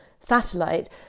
satellite